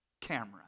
camera